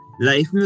life